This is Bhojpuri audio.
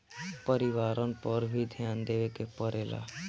परिवारन पर भी ध्यान देवे के परेला का?